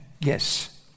yes